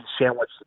sandwich